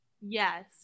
yes